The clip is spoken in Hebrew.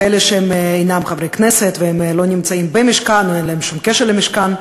כאלה שאינם חברי כנסת והם לא נמצאים במשכן או שאין להם שום קשר למשכן?